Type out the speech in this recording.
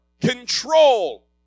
control